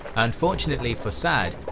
unfortunately for sa'd,